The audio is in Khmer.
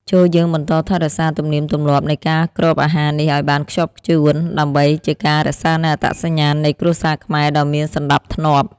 ចូរយើងបន្តថែរក្សាទំនៀមទម្លាប់នៃការគ្របអាហារនេះឱ្យបានខ្ជាប់ខ្ជួនដើម្បីជាការរក្សានូវអត្តសញ្ញាណនៃគ្រួសារខ្មែរដ៏មានសណ្តាប់ធ្នាប់។